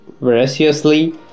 voraciously